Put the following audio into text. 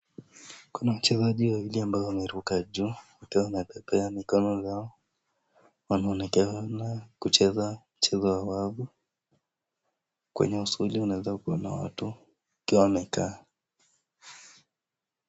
Kuna wachezaji wawili ambao wameruka juu wakiwa wanapepea mikono yao, wanaonekana kucheza mchezo ya wavu kwenye usuli unaweza kuona watu wakiwa wamekaa.